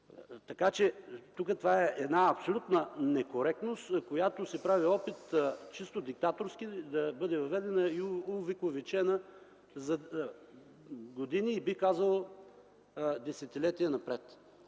Така че това е една абсолютна некоректност, с която се прави опит чисто диктаторски, да бъде въведена и увековечена за години и, бих казал, десетилетия напред.